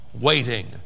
waiting